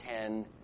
ten